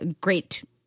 great